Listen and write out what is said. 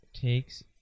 takes